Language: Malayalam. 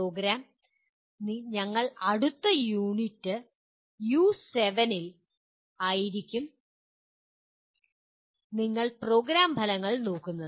പ്രോഗ്രാം ഞങ്ങൾ അടുത്ത യൂണിറ്റ് U7 ൽ ആയിരിക്കും നിങ്ങൾ പ്രോഗ്രാം ഫലങ്ങൾ നോക്കുന്നത്